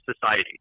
society